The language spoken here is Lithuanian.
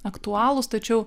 aktualūs tačiau